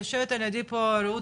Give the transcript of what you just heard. יושבת על ידי פה רעות,